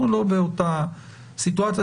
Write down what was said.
אנחנו לא באותה סיטואציה.